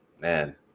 man